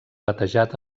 batejat